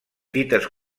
dites